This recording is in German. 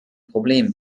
problemen